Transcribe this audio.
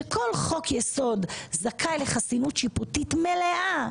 שכל חוק יסוד זכאי לחסינות שיפוטית מלאה,